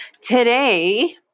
today